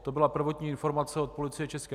To byla prvotní informace od Policie ČR.